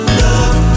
love